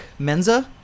Menza